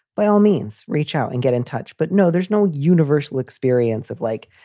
by all means, reach out and get in touch but no, there's no universal experience of, like,